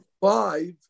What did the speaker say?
five